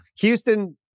Houston